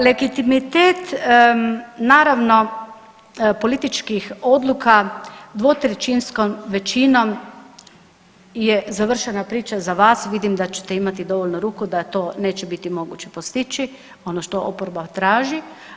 Legitimitet naravno političkih odluka dvotrećinskom većinom je završena priča za vas, vidim da ćete imati dovoljno ruku da to neće biti moguće postići, ono što oporba traži.